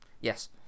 Yes